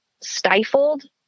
stifled